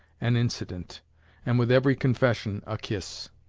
an incident and with every confession, a kiss.